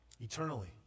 Eternally